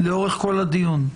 לאורך כל הדיון?